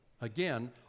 again